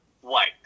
white